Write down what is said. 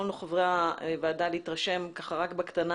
חברי הוועדה יכולנו להתרשם רק בקטנה